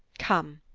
come,